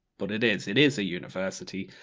but it is, it is a university.